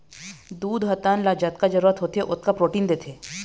दूद ह तन ल जतका जरूरत होथे ओतका प्रोटीन देथे